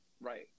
right